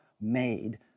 made